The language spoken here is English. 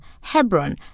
Hebron